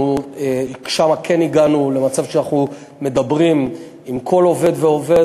שם כן הגענו למצב שאנחנו מדברים עם כל עובד ועובד.